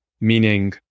meaning